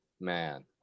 man